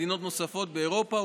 מדינות נוספות באירופה,